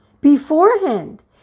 beforehand